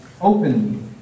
openly